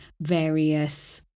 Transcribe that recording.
various